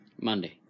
Monday